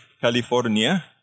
California